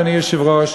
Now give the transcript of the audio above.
אדוני היושב-ראש,